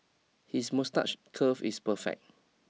his moustache curl is perfect